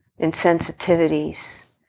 insensitivities